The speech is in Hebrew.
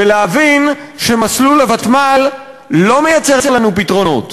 ולהבין שמסלול הוותמ"ל לא מייצר לנו פתרונות,